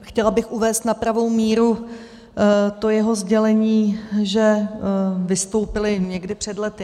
Chtěla bych uvést na pravou míru jeho sdělení, že vystoupily někdy před lety.